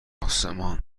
آسمان